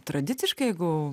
tradiciškai jeigu